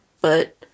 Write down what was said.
but-